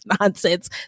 nonsense